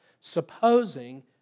supposing